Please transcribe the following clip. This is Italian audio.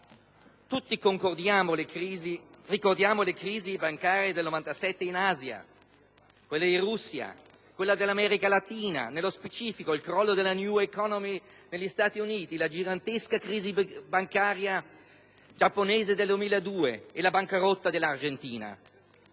Tutti ricordiamo le crisi bancarie del 1997 in Asia, quelle in Russia, quella dell'America Latina e, nello specifico, il crollo della *new economy* negli Stati Uniti, la gigantesca crisi bancaria giapponese del 2002 e la bancarotta dell'Argentina.